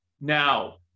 now